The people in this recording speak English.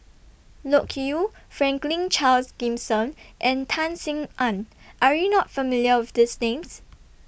Loke Yew Franklin Charles Gimson and Tan Sin Aun Are YOU not familiar with These Names